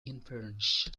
inference